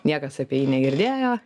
niekas apie jį negirdėjo